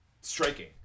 striking